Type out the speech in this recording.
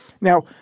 Now